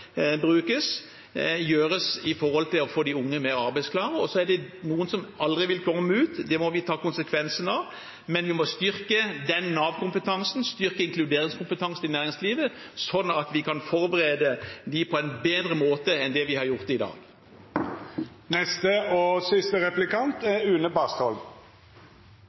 brukes, brukes for å få de unge mer arbeidsklare. Så er det noen som aldri vil komme ut i arbeid – det må vi ta konsekvensen av – men vi må styrke Nav-kompetansen og styrke inkluderingskompetansen i næringslivet, slik at vi kan forberede dem på en bedre måte enn det vi har gjort i dag. Man sier at sannheten er det første offer i krig, og